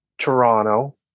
Toronto